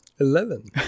Eleven